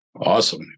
Awesome